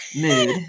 mood